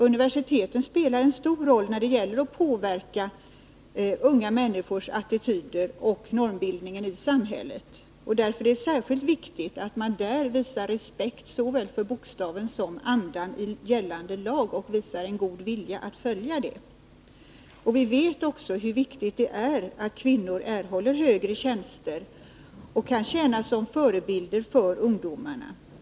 Universiteten spelar en stor roll när det gäller att påverka unga människors attityder och normbildningen i samhället. Därför är det särskilt viktigt att man där visar respekt såväl för bokstaven som för andan i gällande lag samt visar god vilja att följa den. Vi vet också hur viktigt det är att kvinnor erhåller högre tjänster och kan tjäna som förebilder för ungdomarna.